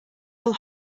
all